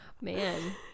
Man